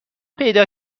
پیدا